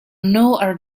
new